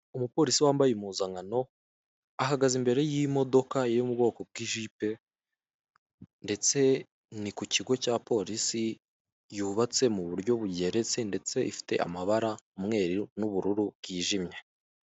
Umuporisi wambaye impuzankano ahagaze imbere y'imodoka yo m'ubwoko bw'ijipe ndetse ni ku kigo cya porisi yubatse m'uburyo bugeretse ndetse ifite amabara umweru n'ubururu bwijimye.